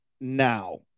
now